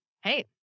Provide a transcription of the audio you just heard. hey